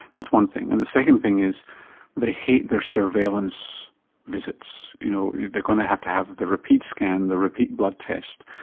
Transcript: that's one thing. and the second thing is they hate their surveillance visits. you know, they are going to have to have the repeat scan, the repeat blood test,